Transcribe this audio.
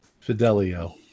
Fidelio